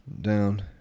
down